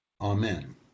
Amen